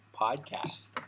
podcast